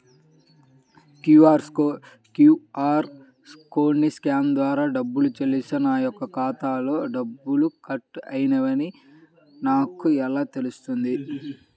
QR కోడ్ని scan ద్వారా డబ్బులు చెల్లిస్తే నా యొక్క ఖాతాలో డబ్బులు కట్ అయినవి అని నాకు ఎలా తెలుస్తుంది?